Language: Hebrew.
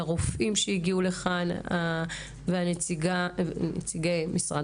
לרופאים שהגיעו ולנציגי משרד